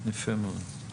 יפה מאוד.